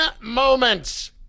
moments